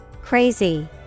Crazy